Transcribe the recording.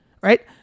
Right